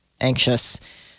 anxious